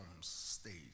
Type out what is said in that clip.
stage